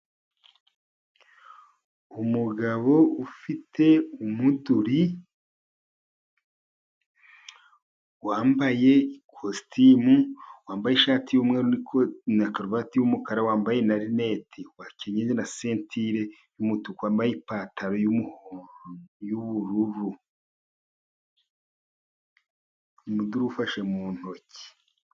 Umugabo ufite umuduri wambaye ikositimu, wambaye ishati y'umweru na karuvati y'umukara, wambaye na rineti wakenyeje na sentire y'umutuku, wambaye ipantaro y'ubururu umuduri ufashe mu ntoki.